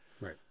Right